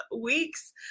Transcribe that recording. weeks